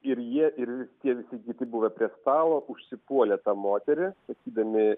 ir jie ir tie visi kiti buvę prie stalo užsipuolė tą moterį sakydami